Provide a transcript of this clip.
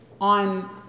on